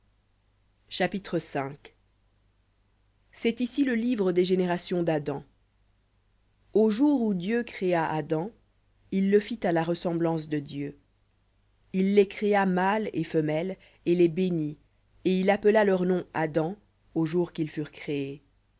chapitre cest ici le livre des générations d'adam au jour où dieu créa adam il le fit à la ressemblance de dieu il les créa mâle et femelle et les bénit et il appela leur nom adam au jour qu'ils furent créés